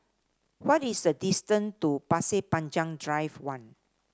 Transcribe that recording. what is the distance to Pasir Panjang Drive One